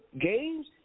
games